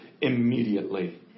immediately